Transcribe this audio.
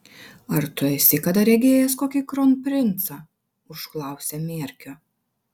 ar tu esi kada regėjęs kokį kronprincą užklausė mierkio